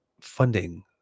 funding